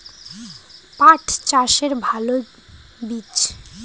পাঠ চাষের ভালো বীজ?